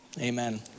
amen